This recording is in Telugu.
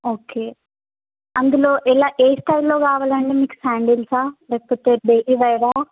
ఓకే అందులో ఎలా ఏ స్టైల్లో కావాలండి మీకు శాండిల్సా లేకపోతే బేబీ వేరా